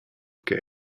che